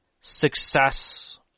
success